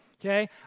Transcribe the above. Okay